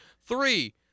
Three